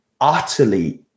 utterly